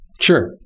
Sure